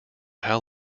how